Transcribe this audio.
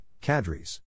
Cadres